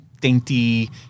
dainty